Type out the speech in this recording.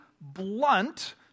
blunt